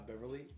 Beverly